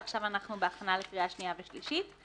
ועכשיו אנחנו בהכנה לקריאה שנייה ושלישית.